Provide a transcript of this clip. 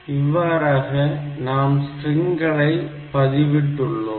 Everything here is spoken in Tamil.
இவ்வாறாக நாம் ஸ்ட்ரிங்களை பதிவிட்டு உள்ளோம்